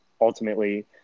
ultimately